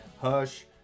Hush